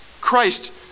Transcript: Christ